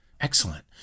Excellent